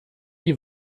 die